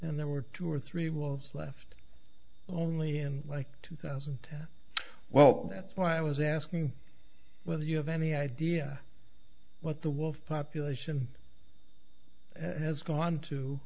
and there were two or three wells left only in like two thousand well that's why i was asking whether you have any idea what the wolf population and has gone to